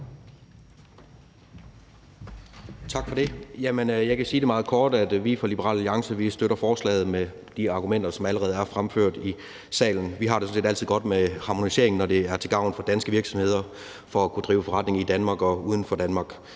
Tak for det. Jeg kan sige det meget kort. Vi fra Liberal Alliance støtter forslaget med de argumenter, som allerede er fremført i salen. Vi har det sådan set altid godt med harmonisering, når det er til gavn for danske virksomheders mulighed for at kunne drive forretning i Danmark og uden for Danmark.